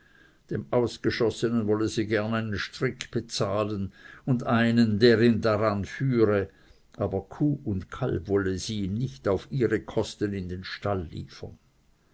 dem ausgeschossenen wolle sie gern einen strick bezahlen und einen der ihn daran führe aber kuh und kalb wolle sie ihm nicht auf ihre kosten in den stall liefern